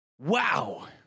Wow